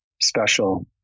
special